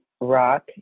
rock